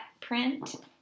print